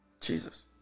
Jesus